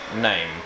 name